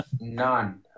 None